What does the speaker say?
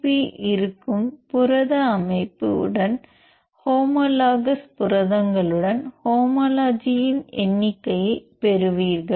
B இருக்கும் புரத அமைப்பு உடன் ஹோமோலாக்ஸ் புரதங்களுடன் ஹோமோலஜியின் எண்ணிக்கையைப் பெறுவீர்கள்